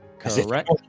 Correct